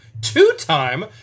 two-time